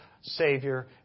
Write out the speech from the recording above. Savior